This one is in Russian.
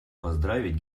поздравить